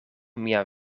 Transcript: mia